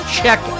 check